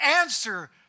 answer